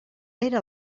era